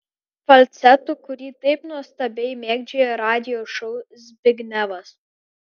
falcetu kurį taip nuostabiai mėgdžioja radijo šou zbignevas